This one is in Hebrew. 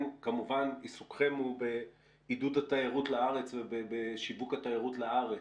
עיסוקכם הוא בעידוד התיירות לארץ ובשיווק התיירות לארץ.